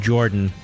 Jordan